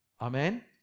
amen